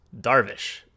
Darvish